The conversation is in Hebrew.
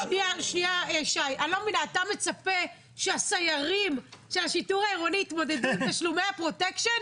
אתה מצפה שהשיטור העירוני יתמודדו עם תשלומי הפרוטקשן?